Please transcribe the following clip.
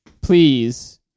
please